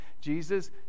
Jesus